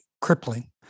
crippling